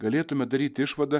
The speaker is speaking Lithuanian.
galėtume daryti išvadą